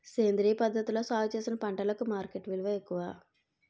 సేంద్రియ పద్ధతిలో సాగు చేసిన పంటలకు మార్కెట్ విలువ ఎక్కువ